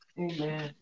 Amen